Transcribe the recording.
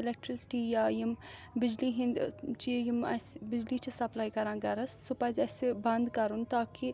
electricity یا یِم بِجلی ہِندۍ چی یِم اَسہِ بِجلی چھِ سَپلاے کران گرَس سُہ پَزِ اَسہِ بند کَرُن تاکہِ